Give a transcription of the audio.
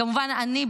כמובן אני,